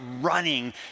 running